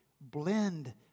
blend